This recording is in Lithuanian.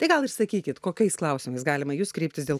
tai gal ir sakykit kokiais klausimais galima į jus kreiptis dėl